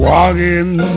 Walking